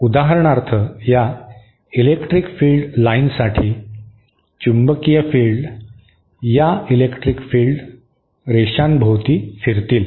तर उदाहरणार्थ या इलेक्ट्रिक फील्ड लाइनसाठी चुंबकीय फील्ड या इलेक्ट्रिक फील्ड रेषांभोवती फिरतील